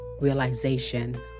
realization